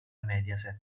mediaset